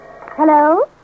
Hello